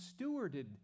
stewarded